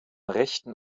rechten